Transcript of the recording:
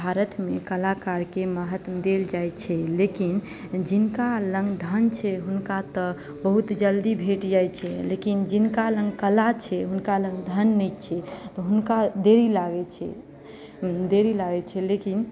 भारत मे कलाकार के महत्व देल जाइ छै लेकिन जिनका लग धन छै हुनका तऽ बहुत जल्दी भेट जाइत छै लेकिन जिनका लग कला छै हुनका लग धन नहि छै तऽ हुनका देरी लागै छै देरी लागै छै लेकिन